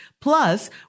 plus